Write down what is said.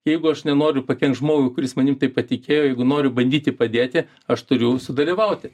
jeigu aš nenoriu pakenkt žmogui kuris manim patikėjo jeigu noriu bandyti padėti aš turiu sudalyvauti